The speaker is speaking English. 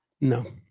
No